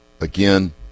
Again